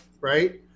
right